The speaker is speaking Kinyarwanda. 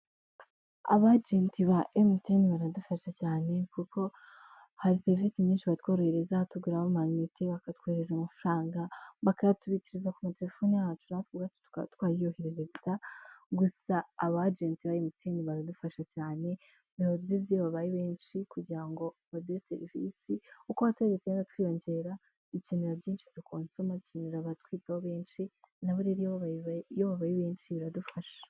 Aba agent ba MTN baradufasha cyane! kuko hari serivisi nyinshi batworohereza: tugur amayinite, bakatwohereza amafaranga, bakayatubikiriza kuma telefonine yacu natwe ubwacu tukayiyoherereza. Gusa aba Agenti ba MTN baradufasha cyane! biba byiza iyo babaye benshi kugira ngo baduhe serivisi. kuko uko abaturage twiyongera dukenera byinshi duksosoma dukenera abatwitaho benshi nabo iyo babaye benshi biradufasha.